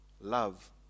love